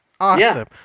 Awesome